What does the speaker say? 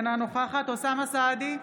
אינה נוכחת אוסאמה סעדי,